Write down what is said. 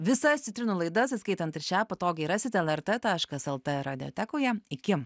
visas citrinų laidas įskaitant ir šią patogiai rasite lrt taškas lt radiotekoje iki